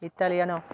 Italiano